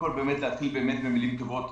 להתחיל במילים טובות.